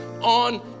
on